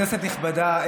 כנסת נכבדה,